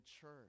church